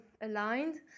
aligned